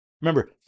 remember